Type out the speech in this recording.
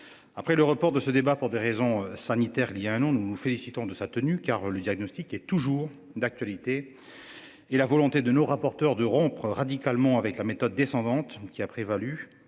Après le report de ce débat pour des raisons sanitaires liés à un an, nous nous félicitons de sa tenue car le diagnostic est toujours d'actualité. Et la volonté de nos rapporteurs de rompre radicalement avec la méthode descendante qui a prévalu